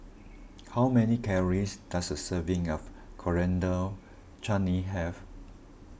how many calories does a serving of Coriander Chutney have